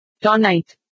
Tonight